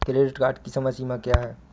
Credit card की समय सीमा क्या है?